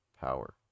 power